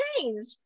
changed